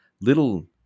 little